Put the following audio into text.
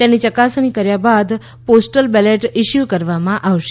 તેની ચકાસણી કર્યા બાદ પોસ્ટલ બેલેટ ઈસ્યુ કરવામાં આવશે